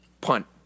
Punt